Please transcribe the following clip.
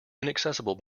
inaccessible